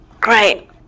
Great